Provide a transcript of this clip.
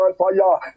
fire